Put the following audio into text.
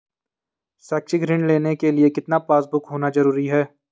शैक्षिक ऋण लेने के लिए कितना पासबुक होना जरूरी है?